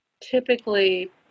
typically